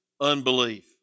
unbelief